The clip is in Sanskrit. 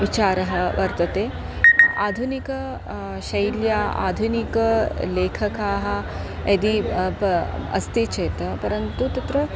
विचारः वर्तते आधुनिक शैल्या आधुनिकलेखकाः यदि अस्ति चेत् परन्तु तत्र